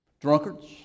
Drunkards